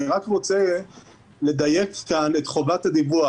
אני רק רוצה לדייק כאן את חובת הדיווח,